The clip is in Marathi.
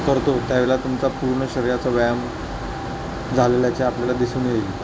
करतो त्यावेळेला तुमचा पूर्ण शरीराचा व्यायाम झालेल्याचे आपल्याला दिसून येईल